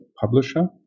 publisher